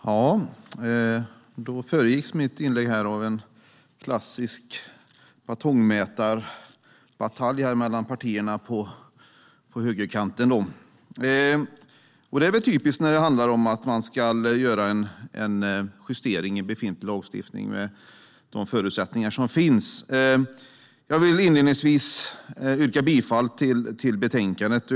Herr talman! Mitt inlägg föregicks av en klassisk batongmätarbatalj mellan partierna på högerkanten. Det är typiskt när det handlar om att man ska göra en justering i befintlig lagstiftning med de förutsättningar som finns. Jag vill inledningsvis yrka bifall till förslaget i betänkandet.